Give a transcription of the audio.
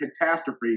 catastrophe